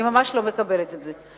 אני ממש לא מקבלת את זה.